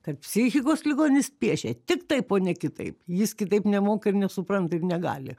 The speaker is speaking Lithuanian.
kad psichikos ligonis piešia tik taip o ne kitaip jis kitaip nemoka ir nesupranta ir negali